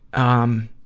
um,